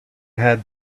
had